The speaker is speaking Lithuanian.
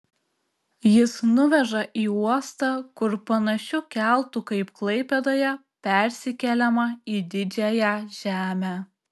jis nuveža į uostą kur panašiu keltu kaip klaipėdoje persikeliama į didžiąją žemę